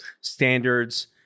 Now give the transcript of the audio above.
standards